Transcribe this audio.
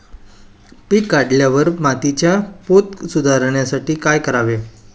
पीक काढल्यावर मातीचा पोत सुधारण्यासाठी काय करावे?